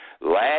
Last